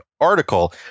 article